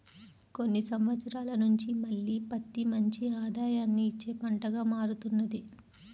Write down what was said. కొన్ని సంవత్సరాల నుంచి మళ్ళీ పత్తి మంచి ఆదాయాన్ని ఇచ్చే పంటగా మారుతున్నది